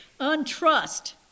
untrust